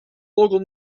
local